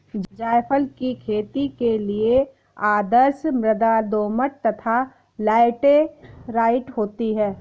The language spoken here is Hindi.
जायफल की खेती के लिए आदर्श मृदा दोमट तथा लैटेराइट होती है